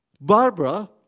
Barbara